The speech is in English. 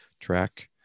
track